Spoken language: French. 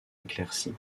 éclairci